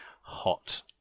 hot